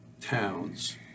towns